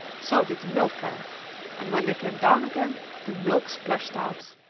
so did the milk cans and when they came down again, the milk splashed out.